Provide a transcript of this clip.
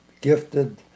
gifted